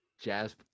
Jazz